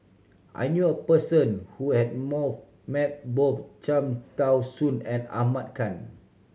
I knew a person who has met both Cham Tao Soon and Ahmad Khan